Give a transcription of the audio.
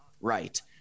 right